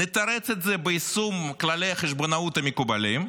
נתרץ את זה ביישום כללי החשבונאות המקובלים,